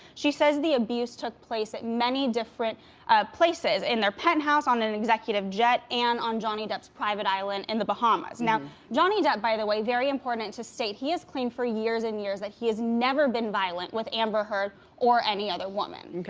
she says the abuse took place at many different places, in their penthouse, on an executive jet and on johnny depp's private island in the bahamas. now, johnny depp by the way, very important to state, he has claimed for years and years that he has never been violent with amber heard or any other woman.